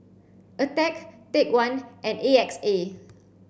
Attack Take One and A X A